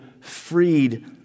freed